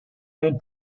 main